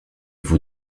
vous